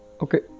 okay